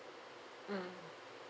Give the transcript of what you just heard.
mm